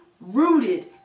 rooted